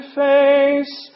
face